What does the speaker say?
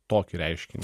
tokį reiškinį